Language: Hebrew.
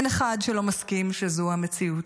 אין אחד שלא מסכים שזו המציאות.